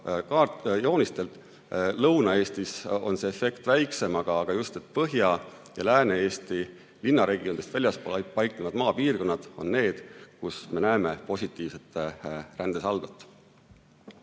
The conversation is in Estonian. joonistelt, Lõuna-Eestis on see efekt väiksem, aga just Põhja- ja Lääne-Eesti linnaregioonidest väljaspool paiknevad maapiirkonnad on need, kus me näeme positiivset rändesaldot.